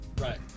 Right